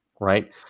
right